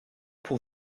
pour